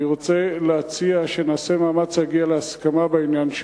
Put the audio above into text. אני רוצה להציע שנעשה מאמץ להגיע להסכמה בעניין,